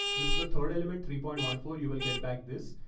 this is a third element, three point one four. you will get back this.